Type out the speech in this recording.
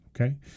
okay